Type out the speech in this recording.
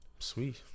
Sweet